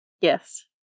Yes